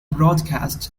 broadcast